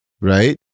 right